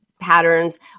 patterns